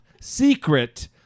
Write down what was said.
secret